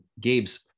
Gabe's